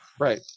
Right